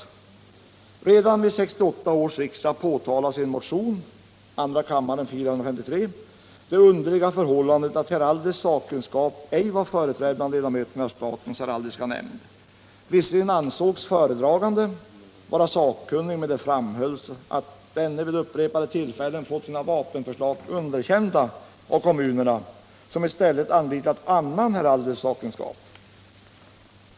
Redan vid 1968 års riksdag påtalades i motionen 453 i andra kammaren det underliga förhållandet, att heraldisk sakkunskap ej var företrädd bland ledamöterna i statens heraldiska nämnd. Visserligen ansågs föredraganden vara sakkunnig, men det framhölls att denne vid upprepade tillfällen fått sina vapenförslag underkända av kommunerna, som i stället anlitat annan heraldisk sakkunskap.